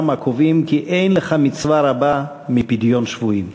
הקובעים כי אין לך מצווה רבה כפדיון שבויים.